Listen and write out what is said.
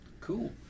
Cool